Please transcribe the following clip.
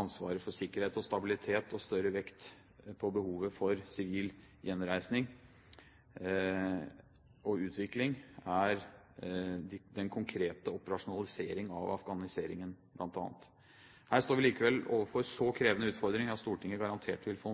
ansvaret for sikkerhet og stabilitet og større vekt på behovet for sivil gjenreisning og utvikling, her bl.a. den konkrete operasjonalisering av afghaniseringen. Her står vi likevel overfor så krevende utfordringer at Stortinget garantert vil få